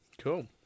Cool